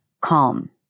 calm